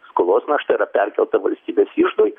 skolos našta yra perkelta valstybės iždui